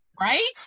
right